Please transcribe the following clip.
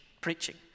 preaching